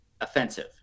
offensive